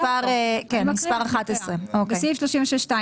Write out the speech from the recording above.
מספר 11. בסעיף 36(2),